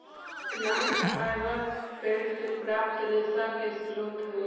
plant fibre पेड़ से प्राप्त रेशा के स्रोत हई